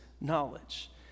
knowledge